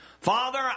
Father